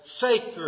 sacred